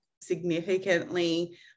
significantly